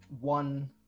one